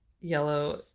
Yellow